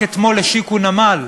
רק אתמול השיקו נמל,